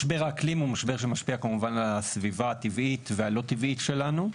משבר האקלים הוא משבר שמשפיע כמובן על הסביבה הטבעית והלא טבעית שלנו,